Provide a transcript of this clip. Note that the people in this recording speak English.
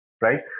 Right